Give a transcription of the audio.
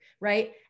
right